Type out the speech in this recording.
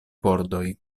pordoj